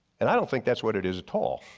and i don't think that's what it is at all.